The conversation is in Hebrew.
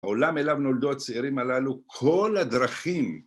העולם אליו נולדו הצעירים הללו, כל הדרכים